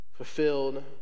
fulfilled